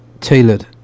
tailored